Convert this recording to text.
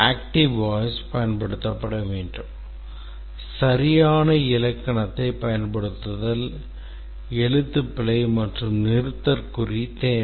Active voice பயன்படுத்தப்பட வேண்டும் சரியான இலக்கணத்தைப் பயன்படுத்துதல் எழுத்துப்பிழை மற்றும் நிறுத்தற்குறி தேவை